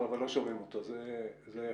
שלו,